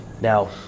Now